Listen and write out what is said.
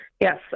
Yes